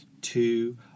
two